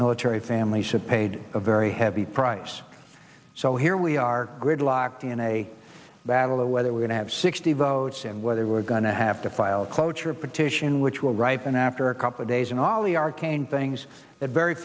military families have paid a very heavy price so here we are gridlocked in a battle over whether we're going to have sixty votes and whether we're going to have to file cloture petition which will ripen after a couple days and all the arcane things that very